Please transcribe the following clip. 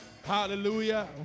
Hallelujah